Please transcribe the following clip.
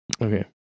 Okay